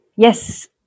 Yes